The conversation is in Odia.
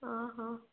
ହଁ ହଁ